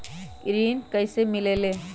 ऋण कईसे मिलल ले?